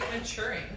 maturing